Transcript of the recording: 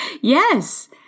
Yes